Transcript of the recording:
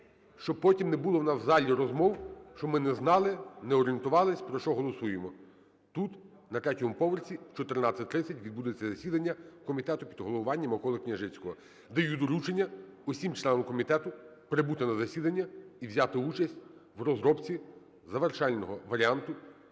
щоб потім не було в нас у залі розмов, що ми не знали, не орієнтувались, про що голосуємо. Тут, на третьому поверсі, о 14:30 відбудеться засідання комітету під головуванням Миколи Княжицького. Даю доручення всім членам комітету прибути на засідання і взяти участь в розробці завершального варіанту